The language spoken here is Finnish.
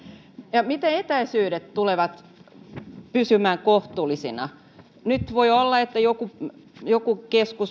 ja miten etäisyydet tulevat pysymään kohtuullisina nyt voi olla että joku joku